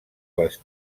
les